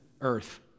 earth